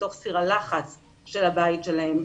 בתוך סיר הלחץ של הבית שלהם,